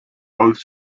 both